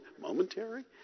Momentary